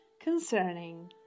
concerning